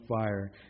fire